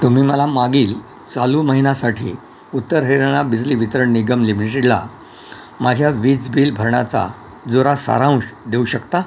तुम्ही मला मागील चालू महिनासाठी उत्तर हरियाणा बिजली वितरण निगम लिमिटेडला माझ्या वीज बिल भरणाचा जुरा सारांश देऊ शकता